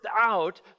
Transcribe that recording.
out